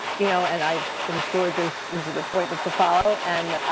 you know, and i've been assured there's, there's an appointment to follow and,